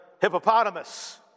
hippopotamus